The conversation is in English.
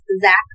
Zach